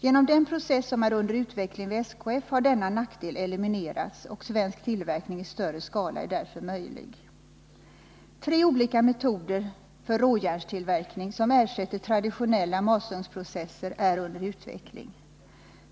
Genom den process som är under utveckling vid SKF har denna nackdel eliminerats och svensk tillverkning i större skala är därför möjlig. Tre olika metoder för råjärnstillverkning som ersätter traditionella masugnsprocesser är under utveckling.